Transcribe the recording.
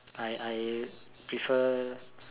I I prefer